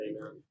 amen